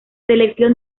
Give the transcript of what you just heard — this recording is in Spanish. selección